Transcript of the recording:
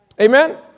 Amen